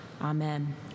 Amen